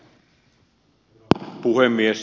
herra puhemies